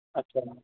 अच्छा